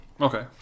Okay